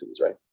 right